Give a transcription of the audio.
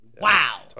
Wow